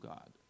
God